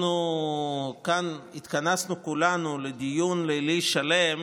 אנחנו כאן התכנסנו כולנו לדיון לילי שלם